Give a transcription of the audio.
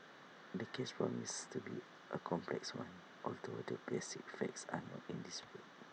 the case promises to be A complex one although the basic facts are not in dispute